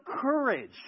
courage